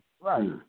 Right